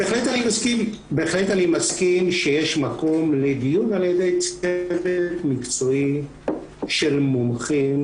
בהחלט אני מסכים שיש מקום לדיון על ידי צוות מקצועי של מומחים